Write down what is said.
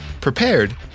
prepared